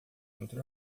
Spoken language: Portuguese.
muito